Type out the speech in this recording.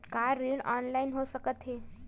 का ऋण ऑनलाइन हो सकत हे?